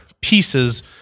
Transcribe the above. pieces